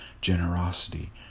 generosity